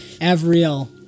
Avril